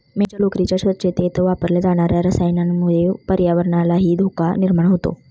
मेंढ्यांच्या लोकरीच्या स्वच्छतेत वापरल्या जाणार्या रसायनामुळे पर्यावरणालाही धोका निर्माण होतो